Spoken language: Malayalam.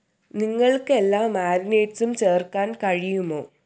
നിങ്ങൾക്ക് എല്ലാ മാരിനേഡ്സ്സും ചേർക്കാൻ കഴിയുമോ